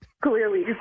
Clearly